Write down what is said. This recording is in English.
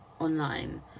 online